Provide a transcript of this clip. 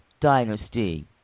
dynasty